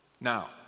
now